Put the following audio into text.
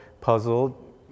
puzzled